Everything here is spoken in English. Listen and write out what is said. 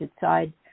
side